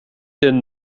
den